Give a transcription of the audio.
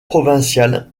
provinciale